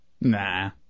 Nah